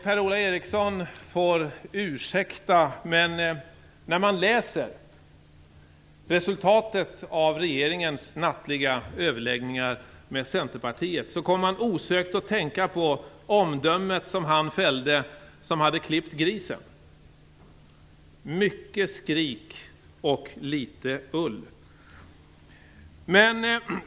Per-Ola Eriksson får ursäkta, men när man läser resultatet av regeringens nattliga överläggningar med Centerpartiet kommer man osökt att tänka på omdömet som han fällde som hade klippt grisen: Mycket skrik och litet ull.